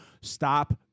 stop